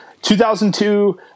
2002